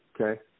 Okay